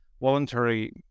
voluntary